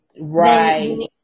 right